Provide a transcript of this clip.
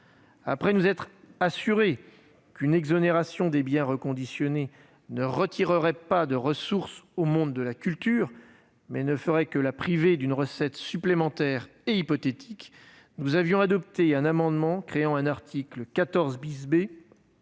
Après nous être assurés qu'une exonération des biens reconditionnés ne retirerait pas de ressources au monde de la culture, mais ne ferait que la priver d'une recette supplémentaire et hypothétique, nous avions adopté un amendement créant un article 14 B